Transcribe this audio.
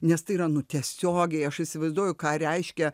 nes tai yra nu tiesiogiai aš įsivaizduoju ką reiškia